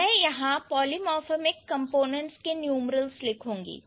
मैं यहां polymorphemic components के न्यूमरल्स लिखूंगी